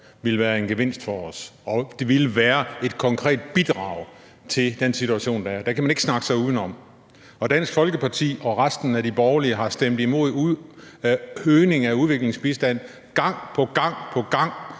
vil være en gevinst for os, og det vil være et konkret bidrag til den situation, der er. Det kan man ikke snakke sig uden om. Dansk Folkeparti og resten af de borgerlige har stemt imod øgning af udviklingsbistand gang på gang, så det